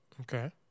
Okay